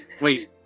Wait